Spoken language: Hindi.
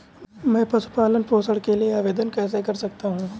मैं पशु पालन पोषण के लिए आवेदन कैसे कर सकता हूँ?